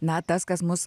na tas kas mus